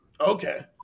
Okay